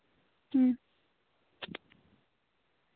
ᱦᱩᱸ